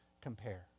compare